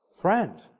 Friend